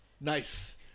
Nice